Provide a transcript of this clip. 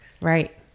Right